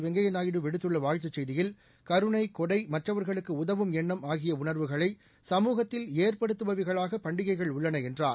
வெங்கப்யாநாயுடு விடுத்துள்ளவாழ்த்துச் செய்தியில் கருணை கொடைமற்றவர்களுக்குஉதவும் எண்ணம் ஆகியஉணர்வுகளை சமூகத்தில் ஏற்படுத்தபவகைளாகபண்டிகைகள் உள்ளனஎன்றார்